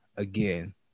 again